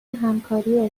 همکاری